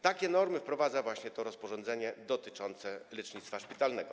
Takie normy wprowadza właśnie to rozporządzenie dotyczące lecznictwa szpitalnego.